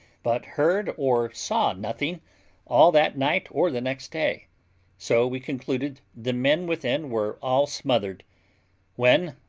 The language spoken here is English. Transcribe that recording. but heard or saw nothing all that night or the next day so we concluded the men within were all smothered when,